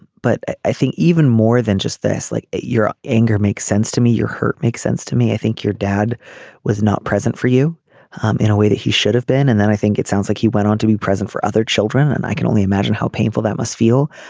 but i i think even more than just this like your anger makes sense to me you're hurt. makes sense to me. i think your dad was not present for you in a way that he should have been and then i think it sounds like he went on to be present for other children. and i can only imagine how painful that must feel.